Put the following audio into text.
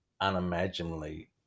unimaginably